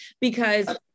because-